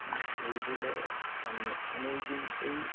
হ্যাঁ এই বলে আমি অনেক দিন এই